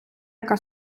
яка